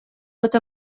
pot